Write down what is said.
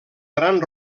gran